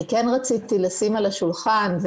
אני כן רציתי לשים על השולחן,